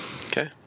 Okay